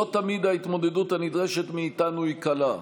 לא תמיד ההתמודדות הנדרשת מאיתנו היא קלה,